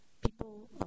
People